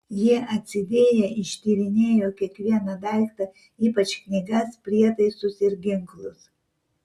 jie atsidėję ištyrinėjo kiekvieną daiktą ypač knygas prietaisus ir ginklus